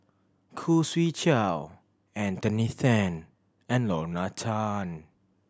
Khoo Swee Chiow Anthony Then and Lorna Tan